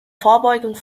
vorbeugung